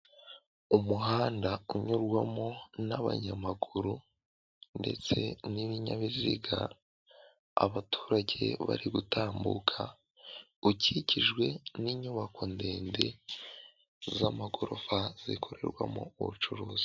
Umuhanda unyurwamo n'abanyamaguru ndetse n'ibinyabiziga, abaturage bari gutambuka, ukikijwe n'inyubako ndende z'amagorofa, zikorerwamo ubucuruzi.